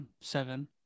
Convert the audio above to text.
seven